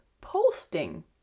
posting